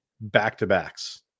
back-to-backs